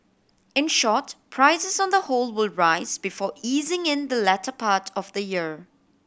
in short prices on the whole will rise before easing in the latter part of the year